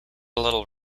little